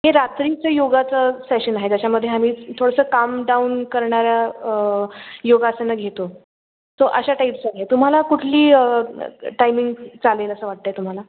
हे रात्रीचं योगाचं सेशन आहे त्याच्यामध्ये आम्ही थोडंसं काम डाऊन करणाऱ्या योगासनं घेतो सो अशा टाईपचं आहे तुम्हाला कुठली टायमिंग चालेल असं वाटतं आहे तुम्हाला